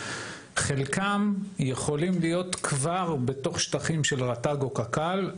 חלקם יכולים להיות כבר בתוך שטחים של רט"ג או קק"ל.